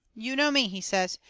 you know me, he says.